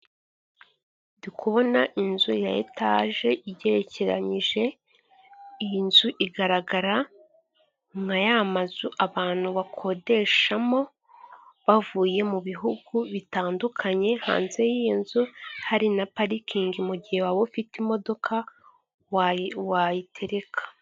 Ndikubona inzu ya etaje igerekeranyije, iyi nzu igaragara nka y'amazu abantu bakodeshamo bavuye mu bihugu bitandukanye, hanze y'iyo nzu hari na parikingi mu gihe waba ufite imodoka wa wayitereka.